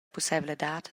pusseivladad